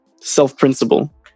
self-principle